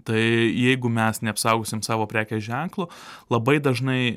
tai jeigu mes neapsaugosim savo prekės ženklo labai dažnai